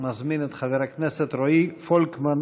אני מזמין את חבר הכנסת רועי פולקמן.